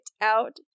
out